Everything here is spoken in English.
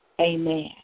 Amen